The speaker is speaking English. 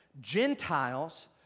Gentiles